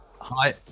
Hi